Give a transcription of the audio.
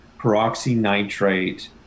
peroxynitrate